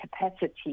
capacity